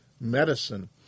medicine